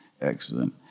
Excellent